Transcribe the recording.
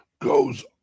goes